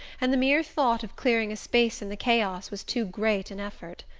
and the mere thought of clearing a space in the chaos was too great an effort.